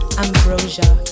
ambrosia